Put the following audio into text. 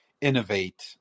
innovate